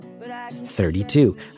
32